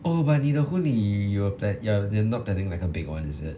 oh but 你的婚礼 y~ you will pla~ you're you're not planning like a big [one] is it